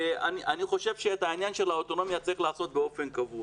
אני חושב שאת העניין של האוטונומיה צריך לעשות באופן קבוע